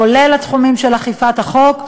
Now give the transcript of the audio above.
כולל התחומים של אכיפת החוק.